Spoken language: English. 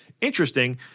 interesting